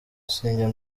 sinjya